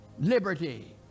liberty